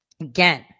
again